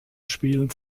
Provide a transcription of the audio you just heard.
spielen